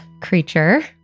creature